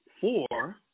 four